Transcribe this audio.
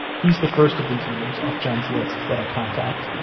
he's the first of these names off john's list that i contact.